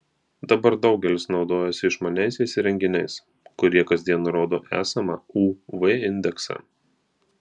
dabar daugelis naudojasi išmaniaisiais įrenginiais kurie kasdien nurodo esamą uv indeksą